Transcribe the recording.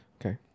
Okay